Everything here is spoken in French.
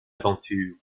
aventure